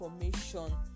information